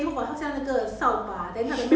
!ee! lesson known